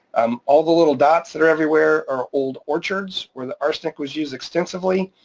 um all the little dots that are everywhere are old orchards where the arsenic was used extensively.